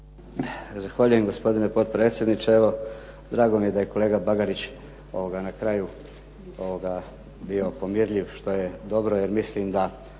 Zahvaljujem. Gospodine potpredsjedniče. Evo, drago mi je da je kolega Bagarić na kraju bio pomirljiv što je dobro jer mislim da